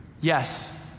Yes